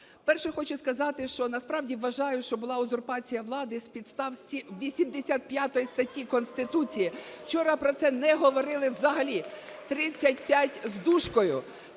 Перше, хочу сказати, що насправді вважаю, що була узурпація влади з підстав 85 статті Конституції. (Шум у залі) Вчора про це не говорили взагалі. 35 з дужкою.